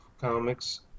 comics